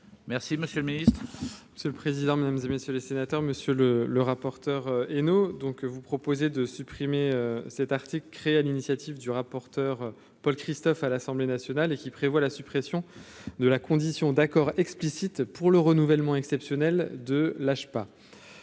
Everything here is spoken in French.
Merci, monsieur le Ministre, c'est le président, mesdames et messieurs les sénateurs Monsieur. Le le rapporteur et nous donc vous proposez de supprimer cet article créé à l'initiative du rapporteur Paul Christophe à l'Assemblée nationale et qui prévoit la suppression de la condition d'accord explicite pour le renouvellement exceptionnel de lâche